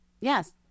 Yes